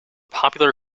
popular